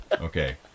okay